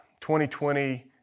2020